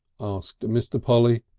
asked mr. polly.